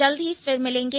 जल्द ही फिर मिलेंगे